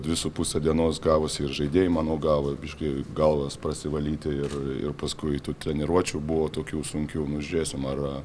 dvi su puse dienos gavosi ir žaidėjai manau gavo biškį galvas prasivalyti ir ir paskui tų treniruočių buvo tokių sunkių nu žiūrėsim ar